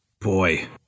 Boy